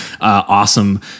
awesome